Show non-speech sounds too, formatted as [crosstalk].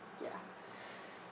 ya [breath]